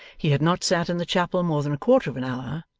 he had not sat in the chapel more than a quarter of an hour,